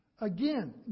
Again